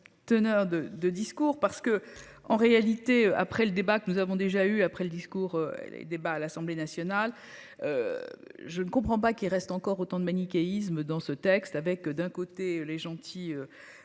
Je ne comprends pas qu'il reste encore autant de manichéisme dans ce texte avec d'un côté les gentils.